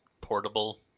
portable